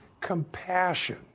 compassion